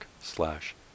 slash